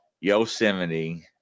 Yosemite